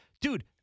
Dude